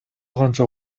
канча